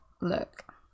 Look